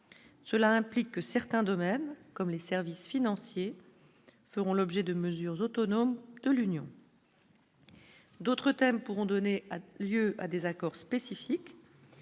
cela implique que certains domaines, comme les services financiers feront l'objet de mesures autonomes de l'Union. D'autres thèmes pourront donner lieu à des accords spécifiques